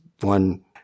one